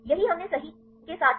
यही हमने सही के साथ किया